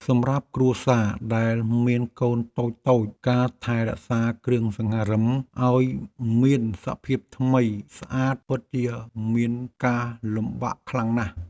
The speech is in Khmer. សម្រាប់គ្រួសារដែលមានកូនតូចៗការថែរក្សាគ្រឿងសង្ហារិមឱ្យមានសភាពថ្មីស្អាតពិតជាមានការលំបាកខ្លាំងណាស់។